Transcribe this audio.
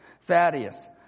Thaddeus